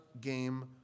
game